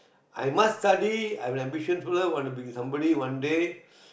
I must study I have ambition to learn want to beat somebody one day